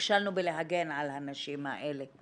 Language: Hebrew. נכשלנו בלהגן על הנשים האלה.